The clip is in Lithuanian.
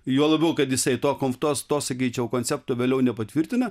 juo labiau kad jisai to to sakyčiau koncepto vėliau nepatvirtina